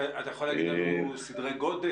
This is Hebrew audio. תוכל להגיד לנו סדרי-גודל?